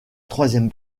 troisième